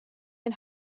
and